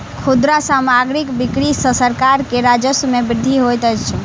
खुदरा सामग्रीक बिक्री सॅ सरकार के राजस्व मे वृद्धि होइत अछि